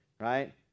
right